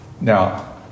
Now